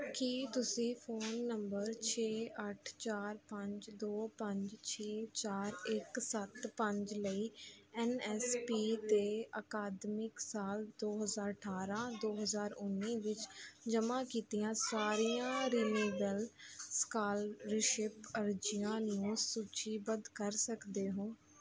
ਕੀ ਤੁਸੀਂ phone number ਛੇ ਅੱਠ ਚਾਰ ਪੰਜ ਦੋ ਪੰਜ ਛੇ ਚਾਰ ਇੱਕ ਸੱਤ ਪੰਜ ਲਈ ਐੱਨ ਐੱਸ ਪੀ 'ਤੇ ਅਕਾਦਮਿਕ ਸਾਲ ਦੋ ਹਜ਼ਾਰ ਅਠਾਰ੍ਹਾਂ ਦੋ ਹਜ਼ਾਰ ਉੱਨੀ ਵਿੱਚ ਜਮ੍ਹਾਂ ਕੀਤੀਆਂ ਸਾਰੀਆਂ ਰਿਨੇਵਲ ਸਕਾਲਰਸ਼ਿਪ ਅਰਜ਼ੀਆਂ ਨੂੰ ਸੂਚੀਬੱਧ ਕਰ ਸਕਦੇ ਹੋ